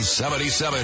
77